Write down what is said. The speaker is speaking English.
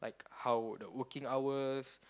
how would the working hours